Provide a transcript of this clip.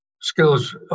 skills